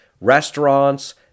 restaurants